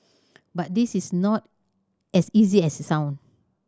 but this is not as easy as it sounds